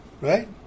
Right